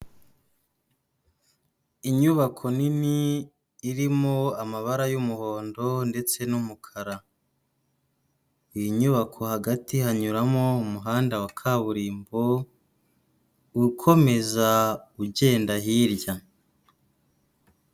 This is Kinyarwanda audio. Inyubako nini irimo amabara y'umuhondo ndetse n'umukara. Iyi nyubako hagati hanyuramo umuhanda wa kaburimbo, ukomeza ugenda hirya.